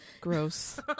gross